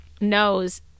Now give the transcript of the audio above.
knows